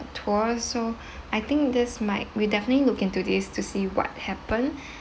tour so I think this might we'll definitely look into this to see what happen